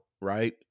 Right